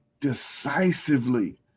decisively